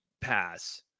pass